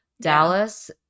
dallas